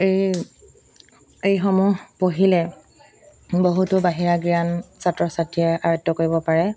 এই এইসমূহ পঢ়িলে বহুতো বাহিৰা জ্ঞান ছাত্ৰ ছাত্ৰীয়ে আয়ত্য কৰিব পাৰে